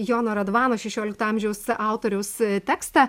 jono radvano šešiolikto amžiaus autoriaus tekstą